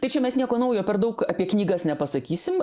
tai čia mes nieko naujo per daug apie knygas nepasakysim